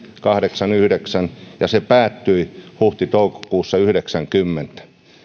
kahdeksankymmentäyhdeksän ja se päättyi huhti toukokuussa yhdeksänkymmentä